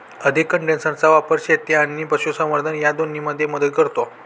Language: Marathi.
अधिक कंडेन्सरचा वापर शेती आणि पशुसंवर्धन या दोन्हींमध्ये मदत करतो